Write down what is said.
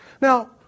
Now